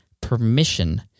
permission